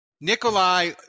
Nikolai